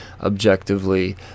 objectively